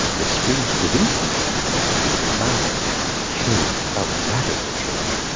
the spring stravinsky had in mind was about change, about radical change,